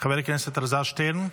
חבר הכנסת אלעזר שטרן,